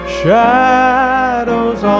shadows